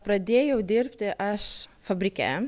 pradėjau dirbti aš fabrike